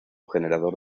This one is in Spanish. generador